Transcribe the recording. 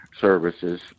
services